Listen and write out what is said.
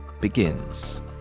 begins